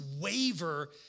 waver